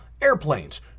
airplanes